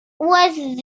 was